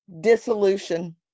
dissolution